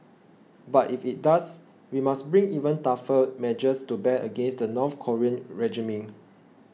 but if it does we must bring even tougher measures to bear against the North Korean regime